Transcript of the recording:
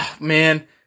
man